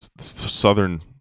Southern